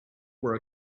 were